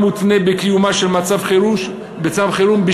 מותנה בקיומו של מצב חירום בשני-שלישים,